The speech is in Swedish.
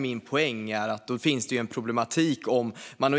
Min poäng är att då finns det en problematik i att man